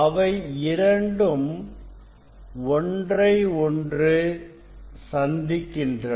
அவை இரண்டும் ஒன்றை ஒன்று சந்திக்கின்றன